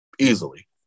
Easily